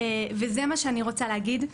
וזה מה שאני רוצה להגיד.